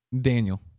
Daniel